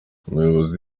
umuyobozi